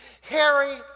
Harry